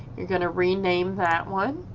you're gonna rename that one